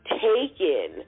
taken